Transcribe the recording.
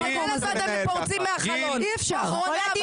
נכנסים מהחלון כאחרוני העבריינים.